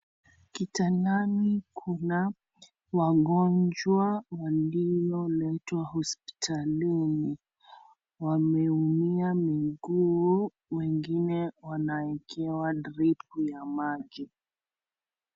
Kitandani kuna wagonjwa walioletwa hospitalini wameumia miguu wengine wanaekewa dripu ya maji.